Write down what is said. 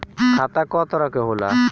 खाता क तरह के होला?